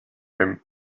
him